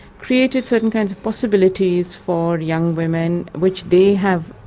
created certain kinds of possibilities for young women which they have